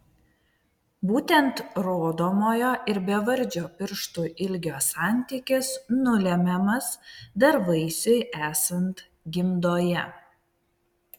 būtent rodomojo ir bevardžio pirštų ilgio santykis nulemiamas dar vaisiui esant gimdoje